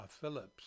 phillips